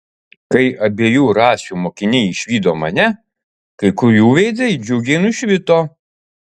kai abiejų rasių mokiniai išvydo mane kai kurių veidai džiugiai nušvito